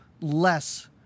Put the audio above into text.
less